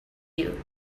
you